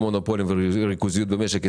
במונופולים וריכוזיות במשק הישראלי,